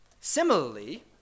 Similarly